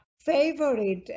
favorite